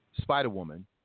Spider-Woman